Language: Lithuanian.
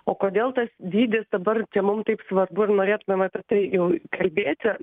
o kodėl tas dydis dabar mum taip svarbu ir norėtumėm apie tai jau kalbėti